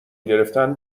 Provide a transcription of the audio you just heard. گرفتن